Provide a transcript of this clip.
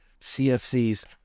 CFC's